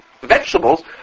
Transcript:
vegetables